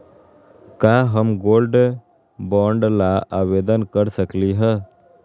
का हम gold bond ला आवेदन कर सकली ह?